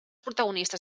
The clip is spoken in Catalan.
protagonistes